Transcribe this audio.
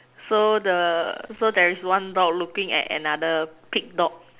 so the so there is one dog looking at another pig dog